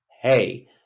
hey